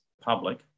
public